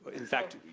in fact,